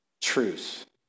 truth